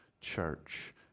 church